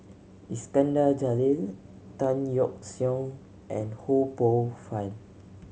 Iskandar Jalil Tan Yeok Seong and Ho Poh Fun